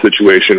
situation